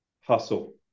hustle